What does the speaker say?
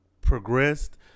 progressed